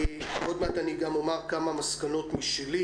עוד מעט אני גם אומר כמה מסקנות משלי